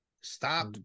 Stop